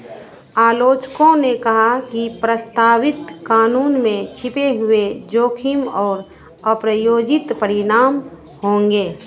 आलोचकों ने कहा कि प्रस्तावित कानून में छिपे हुए जोखिम और अप्रायोजित परिणाम होंगे